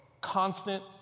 constant